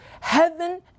Heaven